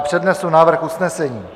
Přednesu návrh usnesení.